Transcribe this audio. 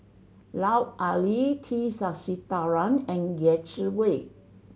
Lut Ali T Sasitharan and Yeh Chi Wei